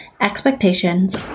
expectations